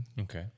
Okay